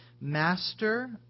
Master